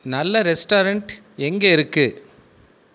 நல்ல ரெஸ்டாரன்ட் எங்கே இருக்கு